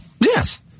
Yes